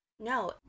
No